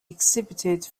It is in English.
exhibited